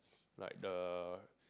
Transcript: like the